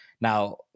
Now